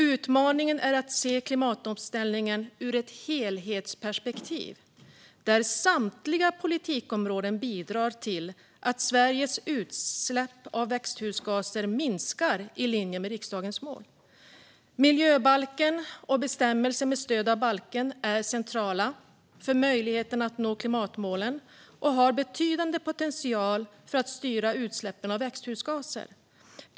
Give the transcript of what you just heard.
Utmaningen är att se klimatomställningen ur ett helhetsperspektiv där samtliga politikområden bidrar till att Sveriges utsläpp av växthusgaser minskar i linje med riksdagens mål. Miljöbalken och bestämmelser med stöd av balken är centrala för möjligheten att nå klimatmålen och har betydande potential när det gäller att styra utsläppen av växthusgaser.